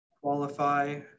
qualify